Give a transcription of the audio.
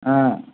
হ্যাঁ